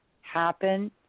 happen